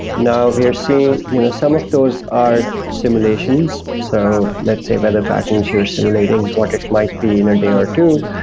now, we are seeing you know some of those are simulations. so let's say weather patterns you're simulating what it might be in a day or two.